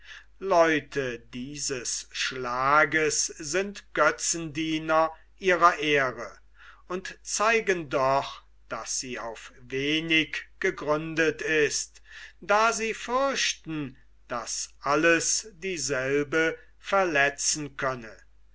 leute dieses schlages sind götzendiener ihrer ehre und zeigen doch daß sie auf wenig gegründet ist da sie fürchten daß alles dieselbe verletzen könne